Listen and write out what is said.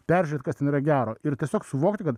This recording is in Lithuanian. peržiūrėt kas ten yra gero ir tiesiog suvokti kad